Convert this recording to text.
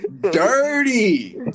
Dirty